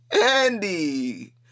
Andy